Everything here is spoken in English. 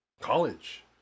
college